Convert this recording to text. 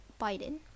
Biden